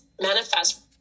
manifest